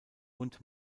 und